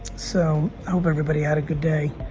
so i hope everybody had a good day.